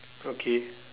okay